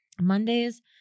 Mondays